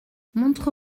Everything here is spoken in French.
montre